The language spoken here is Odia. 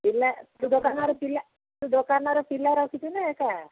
ପିଲା ତୁ ଦୋକାନରେ ପିଲା ତୁ ଦୋକାନରେ ପିଲା ରଖିଛୁ ନା ଏକା